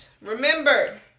remember